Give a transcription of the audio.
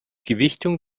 gewichtung